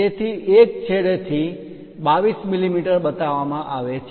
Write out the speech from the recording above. તેથી એક છેડેથી તે 22 મીમી બતાવવામાં આવે છે